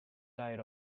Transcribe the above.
diet